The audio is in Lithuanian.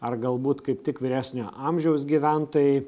ar galbūt kaip tik vyresnio amžiaus gyventojai